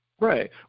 Right